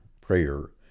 prayer